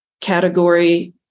category